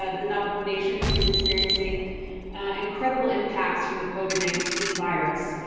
ah the navajo nation is experiencing incredible impacts from the covid nineteen virus,